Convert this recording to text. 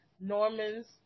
Norman's